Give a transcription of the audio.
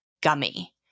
gummy